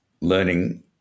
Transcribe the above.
learning